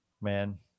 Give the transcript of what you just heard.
man